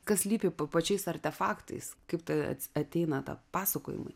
kas slypi po pačiais artefaktais kaip ta ateina ta pasakojimai